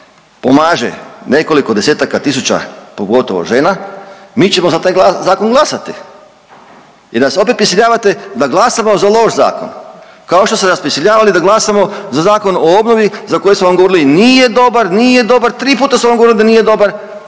pomaže nekoliko desetaka tisuća pogotovo žena mi ćemo za taj zakon glasati jer nas opet prisiljavate da glasamo za loš zakon kao što ste nas prisiljavali da glasamo za Zakon o obnovi za koji smo vam govorili nije dobar, nije dobar, tri puta smo vam govorili da nije dobar,